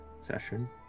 session